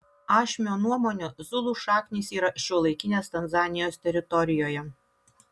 ašmio nuomone zulų šaknys yra šiuolaikinės tanzanijos teritorijoje